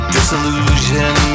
Disillusion